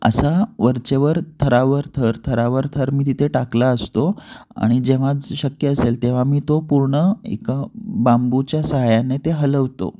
असा वरचेवर थरावर थर थरावर थर मी तिथे टाकला असतो आणि जेव्हाच शक्य असेल तेव्हा मी तो पूर्ण एका बांबूच्या साह्याने ते हलवतो